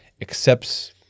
accepts